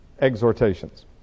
exhortations